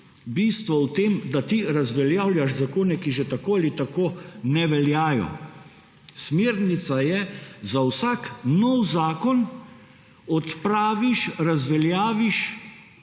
bistvo v tem, da ti razveljavljaš zakone, ki že tako ali tako ne veljajo. Smernica je za vsak nov zakon, da odpraviš, razveljaviš